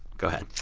go ahead